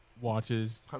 watches